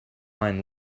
mind